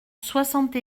soixante